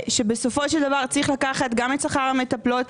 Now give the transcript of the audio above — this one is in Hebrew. בסופו של דבר צריך לקחת גם את שכר המטפלות,